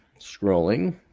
Scrolling